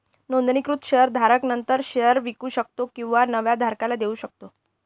नोंदणीकृत शेअर धारक नंतर शेअर विकू शकतो किंवा नव्या धारकाला देऊ शकतो